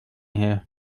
her